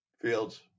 Fields